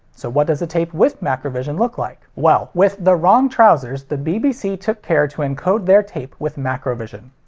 so what does a tape with macrovision look like? well, with the wrong trousers, the bbc took care to encode their tape with macrovision.